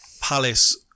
Palace